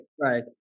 Right